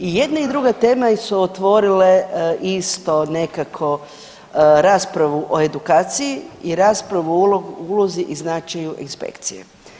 I jedna i druga tema su otvorile isto nekako raspravu o edukaciji i raspravu o ulozi i značaju inspekcije.